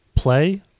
Play